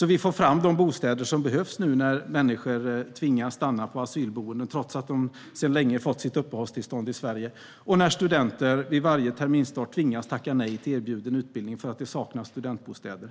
Det handlar om att få fram de bostäder som behövs nu när människor tvingas stanna på asylboenden trots att de för länge sedan fått sitt uppehållstillstånd i Sverige och när studenter varje terminsstart tvingas tacka nej till erbjuden utbildning för att det saknas studentbostäder.